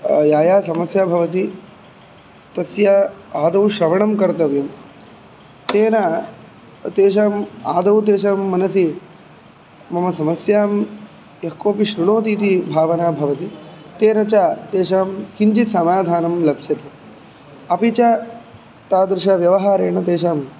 या या समस्या भवति तस्याः आदौ श्रवणं कर्तव्यं तेन तेषाम् आदौ तेषां मनसि मम समस्यां यः कोपि शृणोति इति भावना भवति तेन च तेषां किञ्चित् समाधानं लप्स्यते अपि च तादृशव्यवहारेण तेषां